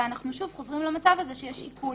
אנחנו שוב חוזרים למצב הזה שיש עיקול,